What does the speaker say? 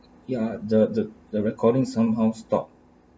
ya the the the recording somehow stop